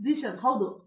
ಝೀಶನ್ ಹೌದು ಹೌದು